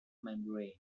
membrane